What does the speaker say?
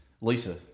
Lisa